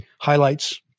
highlights